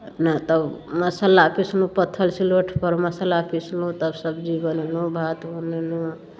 अपना तब मसाला पिसलहुँ पत्थर सिलौटपर मसाला पिसलहुँ तऽ तब सब्जी बनेलहुँ भात बनेलहुँ